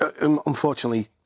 unfortunately